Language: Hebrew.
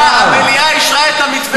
המליאה אישרה את המתווה.